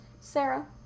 Sarah